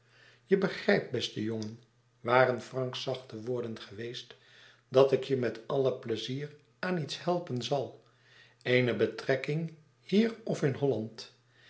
je begrijpt beste jongen waren franks zachte woorden geweest dat ik je met alle pleizier aan iets helpen zal eene betrekking hier of in holland